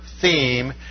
theme